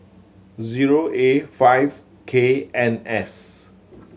zero A five K N S